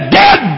dead